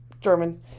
German